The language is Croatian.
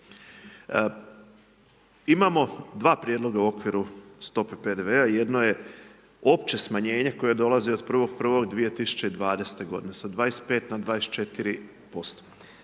Imamo dva prijedloga u okviru stope PDV-a. Jedno je opće smanjenje koje dolazi od 1.1.2020. godine sa 25 na 24%.